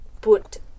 put